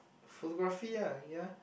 photography ah ya